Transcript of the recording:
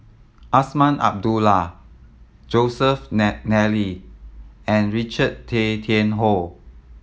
Azman Abdullah Joseph Nally and Richard Tay Tian Hoe